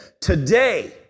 today